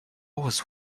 was